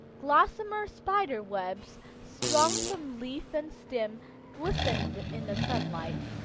gossamer spider webs strung from leaf and stem glistened in the sunlight,